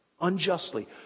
unjustly